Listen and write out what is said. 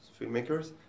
filmmakers